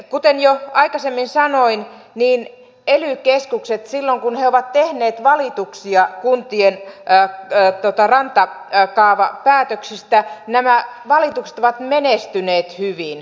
kuten jo aikaisemmin sanoin silloin kun ely keskukset ovat tehneet valituksia kuntien rantakaavapäätöksistä nämä valitukset ovat menestyneet hyvin